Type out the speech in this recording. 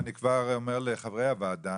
אני כבר אומר לחברי הוועדה,